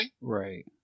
Right